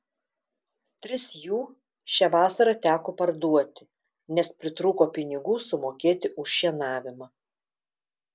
tris jų šią vasarą teko parduoti nes pritrūko pinigų sumokėti už šienavimą